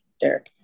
Derek